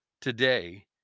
Today